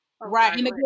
right